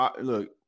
look